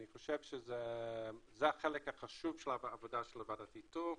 אני חושב שזה החלק החשוב של העבודה של ועדת האיתור.